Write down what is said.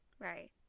Right